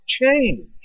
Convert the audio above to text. change